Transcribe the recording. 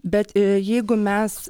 bet jeigu mes